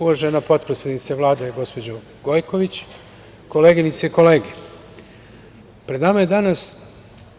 Uvažena potpredsednice Vlade, gospođo Gojković, koleginice i kolege, pred nama je danas